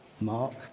Mark